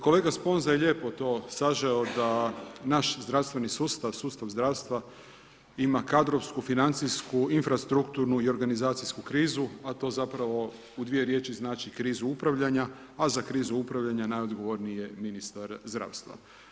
Kolega Sponza je lijepo to sažeo da naš zdravstveni sustav, sustav zdravstva ima kadrovsku, financijsku, infrastrukturnu i organizacijsku krizu a to zapravo u dvije riječi znači krizu upravljanja a za krize upravljanja najodgovorniji je ministar zdravstva.